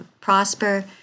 prosper